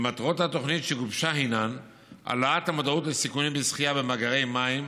מטרות התוכנית שגובשה הן העלאת המודעות לסיכונים בשחייה במאגרי מים,